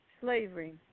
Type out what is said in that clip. slavery